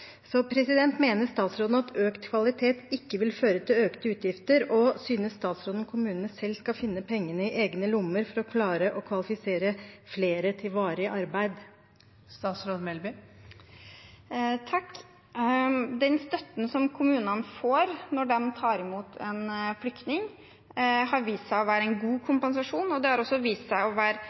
Mener statsråden at økt kvalitet ikke vil føre til økte utgifter? Og synes statsråden kommunene selv skal finne pengene i egen lomme for å klare å kvalifisere flere til varig arbeid? Den støtten kommunene får når de tar imot en flyktning, har vist seg å være en god kompensasjon. Det har også vist seg å være